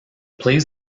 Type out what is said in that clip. plays